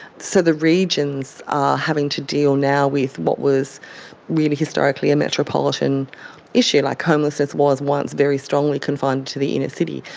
so the regions are having to deal now with what was really historically a metropolitan issue. like homelessness was once very strongly confined to the inner city.